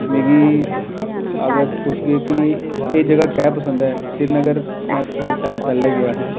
मिगी अगर पुच्छगे कि एह् जगह् की पसंद ऐ श्रीनगर में थोह्ड़े टाइम पैह्लें गेआ हा